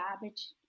garbage